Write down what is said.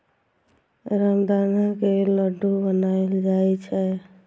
रामदाना के लड्डू बनाएल जाइ छै